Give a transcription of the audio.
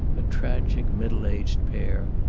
a tragic middle-aged pair,